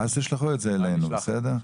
אז תשלחו את זה אלינו, בסדר?